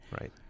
Right